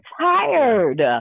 tired